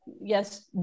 yes